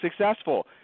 successful